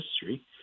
history